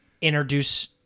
Introduce